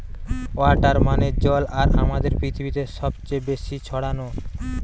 water মানে জল আর আমাদের পৃথিবীতে সবচে বেশি ছড়ানো